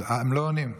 הם לא עונים.